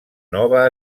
nova